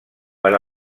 per